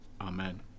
Amen